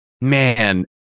man